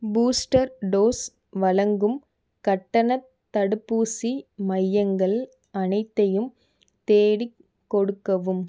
booster dose வழங்கும் கட்டணத் தடுப்பூசி மையங்கள் அனைத்தையும் தேடிக் கொடுக்கவும்